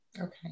Okay